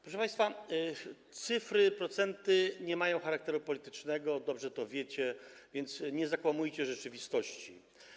Proszę państwa, cyfry, procenty nie mają charakteru politycznego, dobrze to wiecie, więc nie zakłamujcie rzeczywistości.